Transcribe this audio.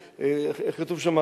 איך כתוב שם,